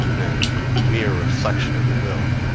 nay, the mere reflection of the will,